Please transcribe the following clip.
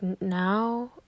now